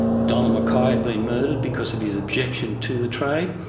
donald mackay had been murdered because of his objection to the trade,